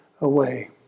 away